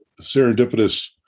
serendipitous